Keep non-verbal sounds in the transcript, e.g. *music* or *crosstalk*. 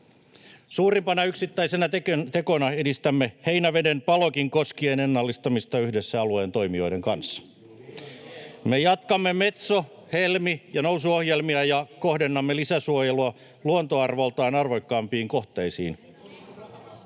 Suurimpana yksittäisenä tekona edistämme Heinäveden Palokin koskien ennallistamista yhdessä alueen toimijoiden kanssa. *noise* Me jatkamme Metso-, Helmi- ja Nousu-ohjelmia ja kohdennamme lisäsuojelua luontoarvoiltaan arvokkaimpiin kohteisiin.